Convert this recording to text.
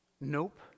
nope